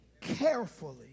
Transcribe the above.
Carefully